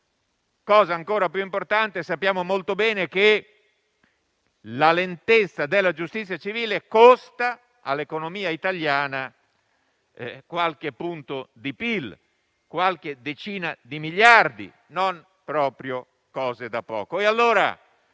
cosa ancora più importante - lo sappiamo molto bene - la lentezza della giustizia civile costa all'economia italiana qualche punto di PIL, qualche decina di miliardi, non proprio una cosa da poco.